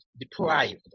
deprived